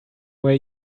way